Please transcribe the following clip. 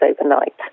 overnight